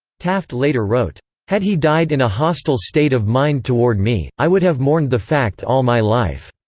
taft later wrote, had he died in a hostile state of mind toward me, i would have mourned the fact all my life.